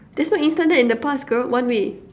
there's no Internet in the past girl one-way